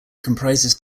comprises